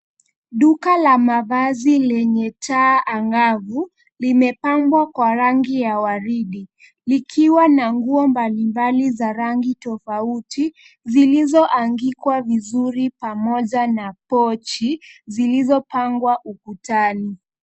A clothing shop with bright lights has been decorated in pink. It has various clothes of different colors that are hung nicely together with purses that are arranged on the wall.